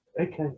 okay